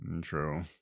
True